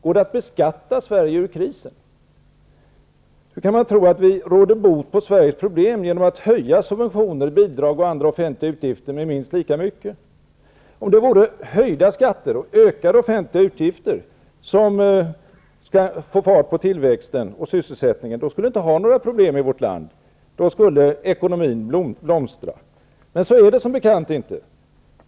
Går det att beskatta Sverige ur krisen? Hur kan man tro att vi råder bot på Sveriges problem genom att höja subventioner, bidrag och andra offentliga utgifter med minst lika mycket? Om det vore höjda skatter och ökade offentliga utgifter som satte fart på tillväxten och sysselsättningen, skulle vi inte ha några problem i vårt land, utan då skulle ekonomin blomstra. Men så är det som bekant inte.